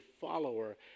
follower